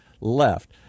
left